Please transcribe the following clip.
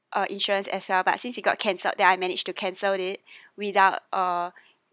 uh insurance as well but since it got cancelled then I managed to cancelled it without uh